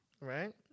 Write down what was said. Right